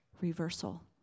reversal